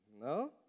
No